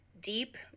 deep